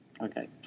Okay